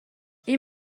این